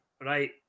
right